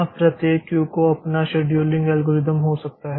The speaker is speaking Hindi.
अब प्रत्येक क्यू का अपना शेड्यूलिंग एल्गोरिदम हो सकता है